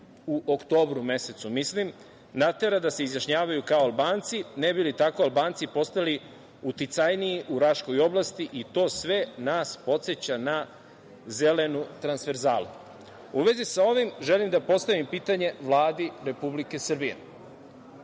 u oktobru mesecu, ja mislim, natera da se izjašnjavaju kao Albanci, ne bi li tako Albanci postali uticajniji u Raškoj oblasti i to sve nas podseća na „zelenu transverzalu“.U vezi sa ovim, želim da postavim pitanje Vladi Republike Srbije.